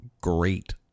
great